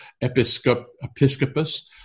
episcopus